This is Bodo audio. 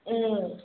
औ